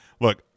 look